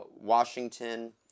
Washington